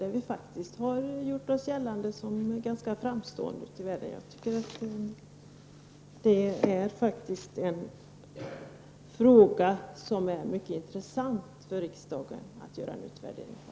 När det gäller dessa strävanden har vi gjort oss gällande som ganska framstående ute i världen. Detta är en fråga som det är mycket intressant för riksdagen att göra en utvärdering av.